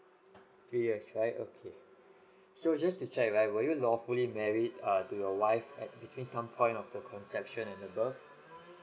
yes right okay so just to check right were you lawfully married err to your wife at between some point of the conception and her birth